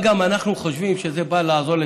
אנחנו חושבים שזה בא לעזור לתלמידים.